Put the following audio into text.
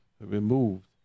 removed